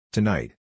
Tonight